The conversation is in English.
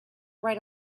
write